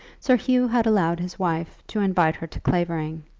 sir hugh had allowed his wife to invite her to clavering,